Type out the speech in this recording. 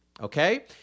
okay